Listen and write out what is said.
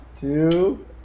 Two